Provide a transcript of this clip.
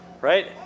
right